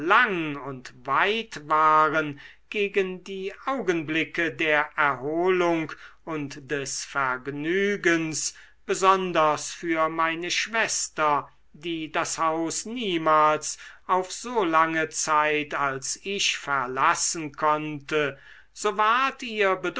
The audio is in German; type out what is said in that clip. lang und weit waren gegen die augenblicke der erholung und des vergnügens besonders für meine schwester die das haus niemals auf so lange zeit als ich verlassen konnte so ward